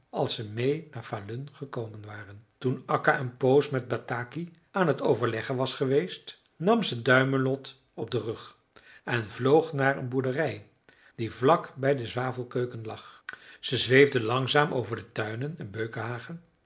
als ze mee naar falun gekomen waren toen akka een poos met bataki aan het overleggen was geweest nam ze duimelot op den rug en vloog naar een boerderij die vlak bij de zwavelkeuken lag ze zweefde langzaam over de tuinen en